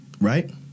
right